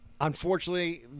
Unfortunately